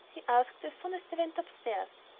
he asked as soon as they went upstairs.